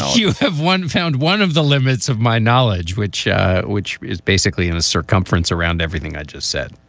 you have one found one of the limits of my knowledge, which which is basically in a circumference around everything i just said